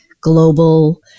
global